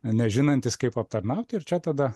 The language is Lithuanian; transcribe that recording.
nežinantis kaip aptarnauti ir čia tada